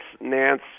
Nance